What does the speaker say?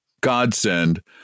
godsend